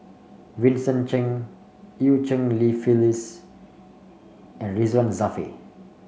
Vincent Cheng Eu Cheng Li Phyllis and Ridzwan Dzafir